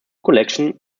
collection